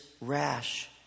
rash